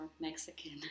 Mexican